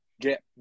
Get